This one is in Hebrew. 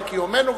על קיומנו,